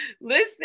Listen